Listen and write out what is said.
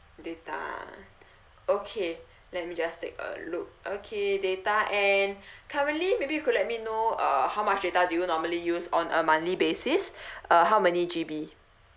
data ah okay let me just take a look okay data and currently maybe you could let me know uh how much data do you normally use on a monthly basis uh how many G_B